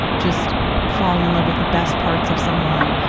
just falling in love with the best parts of someone.